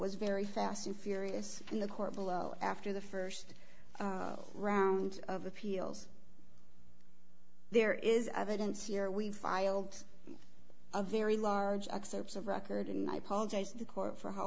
was very fast and furious in the court below after the first round of appeals there is evidence here we've filed a very large excerpts of record and i pods as the court for how